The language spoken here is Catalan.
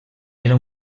era